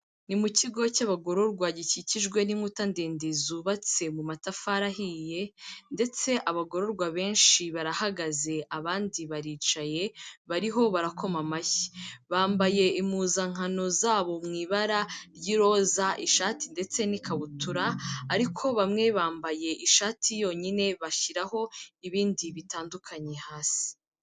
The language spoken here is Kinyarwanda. Ni mu kigo cy'abagororwa gikikijwe n'inkuta ndende zubatse mu matafari ahiye, ndetse abagororwa benshi barahagaze abandi baricaye, bariho barakoma amashyi, bambaye impuzankano zabo mu ibara ry'iroza, ishati ndetse n'ikabutura, ariko bamwe bambaye ishati yonyine bashyiraho, ibindi bitandukanye hasi.